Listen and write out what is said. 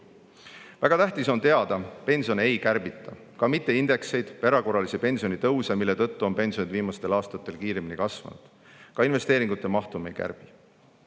Väga tähtis on teada, et pensione ei kärbita. Ka mitte indekseid ja erakorralisi pensionitõuse, mille tõttu on pensionid viimastel aastatel kiiremini kasvanud. Ka investeeringute mahtu me ei kärbi.